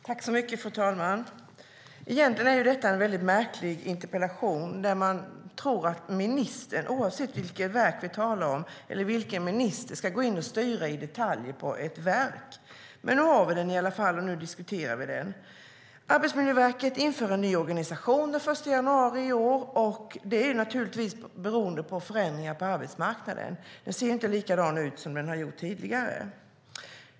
Fru talman! Egentligen är detta en märklig interpellation där man tror att ministern, oavsett vilket verk eller vilken minister vi talar om, ska gå in och i detalj styra ett verk. Men nu har vi debatten. Arbetsmiljöverket införde en ny organisation den 1 januari i år. Det berodde naturligtvis på förändringar på arbetsmarknaden. Den ser inte likadan ut som tidigare.